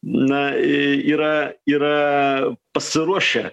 na yra yra pasiruošę